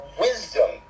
wisdom